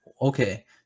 Okay